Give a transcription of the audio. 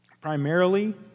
primarily